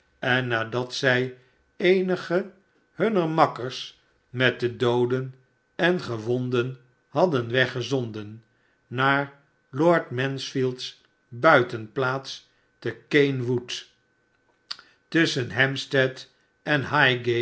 en nadat zij eenigen hunner makkers met de dooden en gewonden hadden weggezonden naar lord mansfield's buitenplaats te caen wood tusschen hampstead en